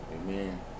Amen